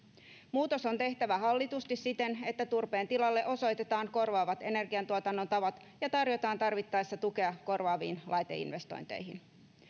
muutos on tehtävä hallitusti siten että turpeen tilalle osoitetaan korvaavat energiantuotannon tavat ja tarjotaan tarvittaessa tukea korvaaviin laiteinvestointeihin